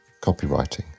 copywriting